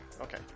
Okay